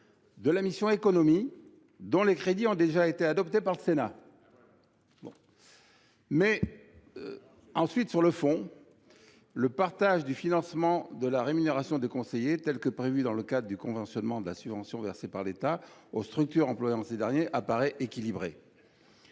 de la mission « Économie », dont les crédits ont déjà été adoptés par le Sénat. Très bon argumentaire ! Ensuite, sur le fond, le partage du financement de la rémunération des conseillers, tel qu’il est prévu dans le cadre du conventionnement de la subvention versée par l’État aux structures employant ces derniers, apparaît équilibré.